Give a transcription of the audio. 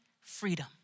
freedom